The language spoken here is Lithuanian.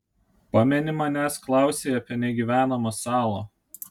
pameni manęs klausei apie negyvenamą salą